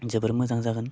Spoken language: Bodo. जोबोर मोजां जागोन